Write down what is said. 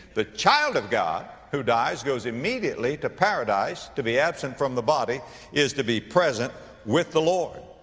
the child of god who dies goes immediately to paradise. to be absent from the body is to be present with the lord.